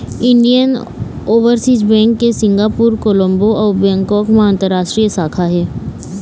Indian overseas bank के Singapore, Colombo अउ Bangkok म अंतररास्टीय शाखा हे